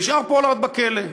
נשאר פולארד בכלא.